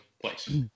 place